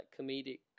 comedic